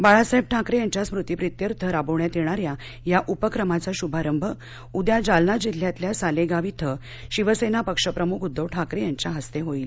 बाळासाहेब ठाकरे यांच्या स्मृती प्रीत्यर्थ राबवण्यात येणाऱ्या या उपक्रमाचा शुभारंभ उद्या जालना जिल्ह्यातल्या सालेगाव इथं शिवसेना पक्षप्रमुख उद्धव ठाकरे यांच्या हस्ते होईल